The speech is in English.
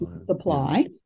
supply